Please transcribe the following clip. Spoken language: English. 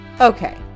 Okay